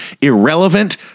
irrelevant